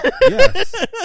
Yes